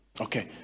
Okay